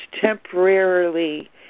temporarily